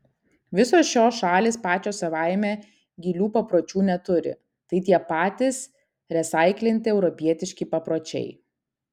visos šios šalys pačios savaime gilių papročių neturi tai tie patys resaiklinti europietiški papročiai